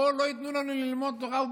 פה לא ייתנו לנו ללמוד תורה?